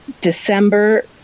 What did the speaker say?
December